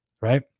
right